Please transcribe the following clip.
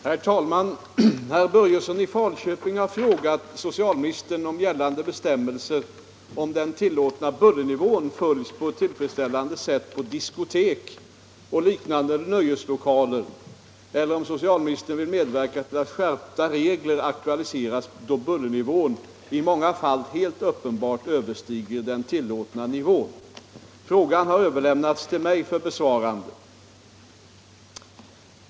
Herr talman! Herr Börjesson i Falköping har frågat socialministern om gällande bestämmelser om den tillåtna bullernivån följs på ett tillfredsställande sätt på diskotek och i liknande nöjeslokaler eller om socialministern vill medverka till att skärpta regler aktualiseras då bullernivån i många fall helt uppenbart överstiger den tillåtna nivån. Frågan har överlämnats till mig för besvarande.